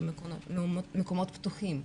מקומות פתוחים,